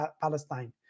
Palestine